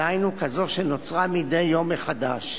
דהיינו כזאת שנוצרה מדי יום מחדש.